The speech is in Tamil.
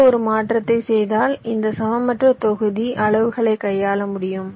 இந்த ஒரு மாற்றத்தை செய்தால் இந்த சமமற்ற தொகுதி அளவுகளை கையாள முடியும்